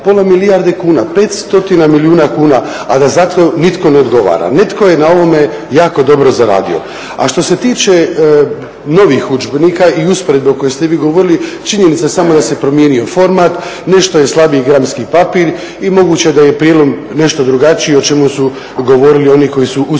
pola milijarde kuna, 500 milijuna kuna a da za to nitko ne odgovara. Netko je na ovome jako dobro zaradio. A što se tiče novih udžbenika i usporedbe o kojoj ste vi govorili, činjenica da se samo promijenio format, nešto je slabiji gramski papir i moguće da je prijelom nešto drugačiji o čemu su govorili oni koji su uspoređivali